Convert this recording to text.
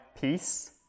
peace